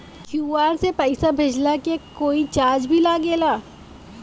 QR से पैसा भेजला के कोई चार्ज भी लागेला?